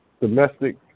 domestic